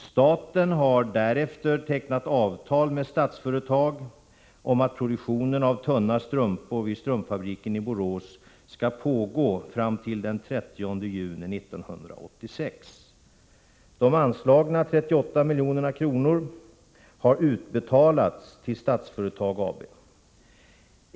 Staten har därefter tecknat avtal med Statsföretag AB om att produktionen av tunna strumpor vid strumpfabriken i Borås skall pågå fram till den 30 juni 1986. De anslagna 38 milj.kr. har utbetalats till Statsföretag AB.